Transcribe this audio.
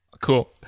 Cool